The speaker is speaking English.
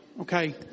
Okay